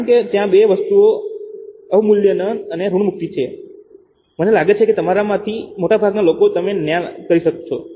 કારણ કે ત્યાં બે વસ્તુઓ અવમૂલ્યન અને ઋણમુક્તિ છે મને લાગે છે કે તમારામાંથી મોટાભાગના લોકો તેનો ન્યાય કરી શકે છે